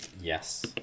yes